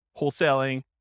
wholesaling